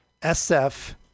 sf